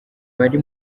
bari